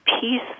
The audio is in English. peace